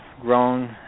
grown